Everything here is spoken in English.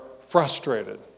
frustrated